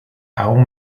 aún